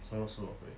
什么什么鬼